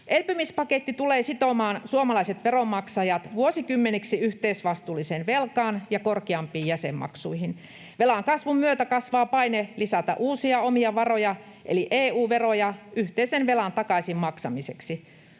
Elpymispaketti tulee sitomaan suomalaiset veronmaksajat vuosikymmeniksi yhteisvastuulliseen velkaan ja korkeampiin jäsenmaksuihin. Velan kasvun myötä kasvaa paine lisätä uusia omia varoja eli EU-veroja yhteisen velan takaisin maksamiseksi.